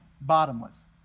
bottomless